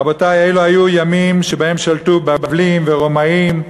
רבותי, אלו היו ימים שבהם שלטו בבלים, ורומאים,